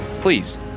please